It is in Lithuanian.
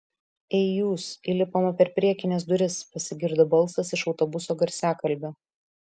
ei jūs įlipama per priekines duris pasigirdo balsas iš autobuso garsiakalbio